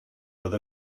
oedd